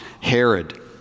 Herod